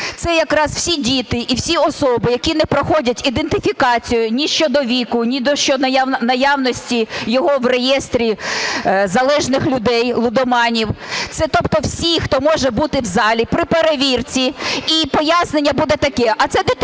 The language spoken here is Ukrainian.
Це якраз всі діти і всі особи, які не проходять ідентифікацію ні щодо віку, ні щодо наявності його в реєстрі залежних людей – лудоманів, це тобто всі, хто може бути в залі при перевірці, і пояснення буде таке: